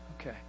Okay